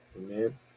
Amen